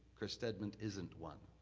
chris stedman isn't one.